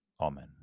Amen